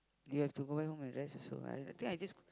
you have to go back home and rest also I I think I just